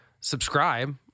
subscribe